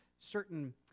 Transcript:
certain